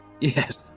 Yes